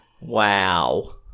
Wow